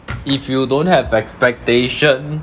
if you don't have expectation